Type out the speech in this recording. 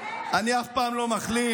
אני אף פעם לא מכליל.